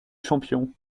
champions